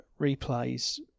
replays